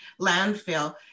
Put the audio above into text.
landfill